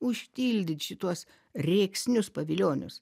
užtildyt šituos rėksnius pavilionius